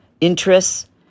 interests